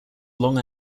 long